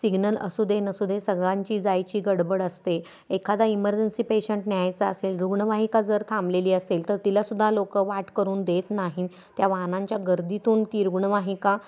signal असू दे नसू दे सगळ्यांची जायची गडबड असते एखादा इमर्जन्सी पेशंट न्यायचा असेल रुग्णवाहिका जर थांबलेली असेल तर तिलासुद्धा लोकं वाट करून देत नाही त्या वाहनांच्या गर्दीतून ती रुग्णवाहिका